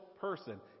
person